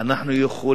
אנחנו יכולים